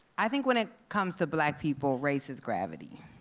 i think when it comes to black people, race is gravity.